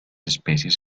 especies